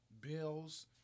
Bills